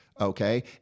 okay